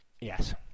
Yes